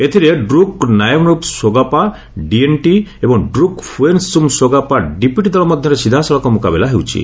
ଏଥିରେ ଡୂକ୍ ନାୟମରୂପ ସୋଗପା ଡିଏନ୍ଟି ଏବଂ ଡୃକ୍ ଫୁଏନ୍ଶୁମ୍ ସୋଗ୍ପା ଡିପିଟି ଦଳ ମଧ୍ୟରେ ସିଧାସଳଖ ମୁକାବିଲା ହେଉଛି